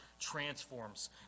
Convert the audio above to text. transforms